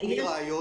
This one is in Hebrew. תני רעיון.